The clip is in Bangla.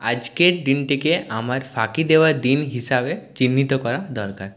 আজকের দিনটিকে আমার ফাঁকি দেওয়ার দিন হিসাবে চিহ্নিত করা দরকার